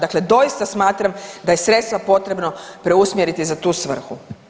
Dakle, doista smatram da je sredstva potrebno preusmjeriti za tu svrhu.